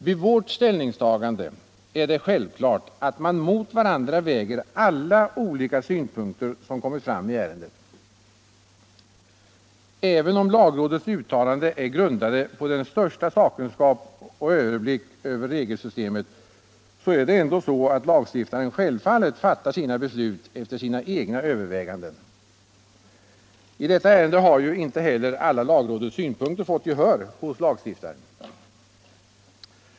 Vid vårt ställningstagande är det självklart att man mot varandra väger alla olika synpunkter som kommit fram i ärendet. Även om lagrådets uttalanden är grundade på den största sakkunskap och överblick över regelsystemen är det ändå så att lagstiftaren självfallet fattar sina beslut efter sina egna överväganden. I detta ärende har ju inte heller alla lagrådets synpunkter fått gehör hos lagstiftaren.